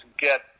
get